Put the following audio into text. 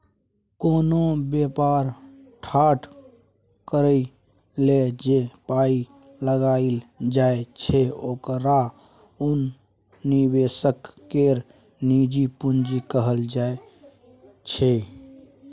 कोनो बेपार ठाढ़ करइ लेल जे पाइ लगाइल जाइ छै ओकरा उ निवेशक केर निजी पूंजी कहल जाइ छै